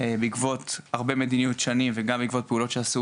בעקבות הרבה מדיניות שאני וגם בעקבות פעילויות שעשו